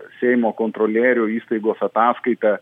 seimo kontrolierių įstaigos ataskaita